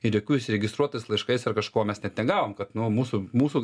ir jokių įsiregistruotais laiškais ar kažko mes net negavom kad nu mūsų mūsų